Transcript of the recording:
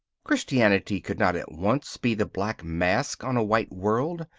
christianity could not at once be the black mask on a white world,